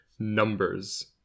numbers